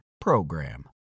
PROGRAM